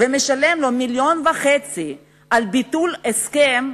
ומשלם לו 1.5 מיליון על ביטול הסכם,